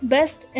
Best